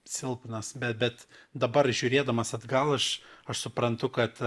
silpnas be bet dabar žiūrėdamas atgal aš aš suprantu kad